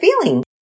feeling